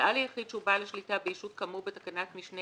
הודעה ליחיד שהוא בעל השליטה בישות כאמור בתקנת משנה